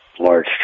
large